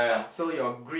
so your grid